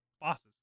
bosses